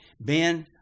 Ben